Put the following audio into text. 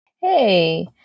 Hey